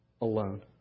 alone